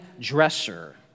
dresser